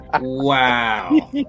Wow